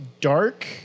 dark